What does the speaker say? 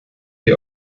die